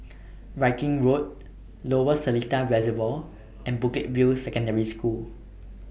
Viking Road Lower Seletar Reservoir and Bukit View Secondary School